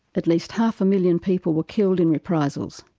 at least half a million people were killed in reprisals,